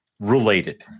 related